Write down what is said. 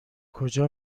کجا